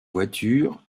voitures